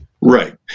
Right